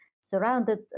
surrounded